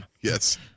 Yes